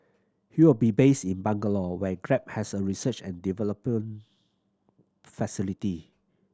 he will be based in Bangalore where Grab has a research and development facility